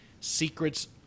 Secrets